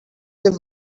they